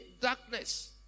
darkness